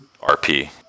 RP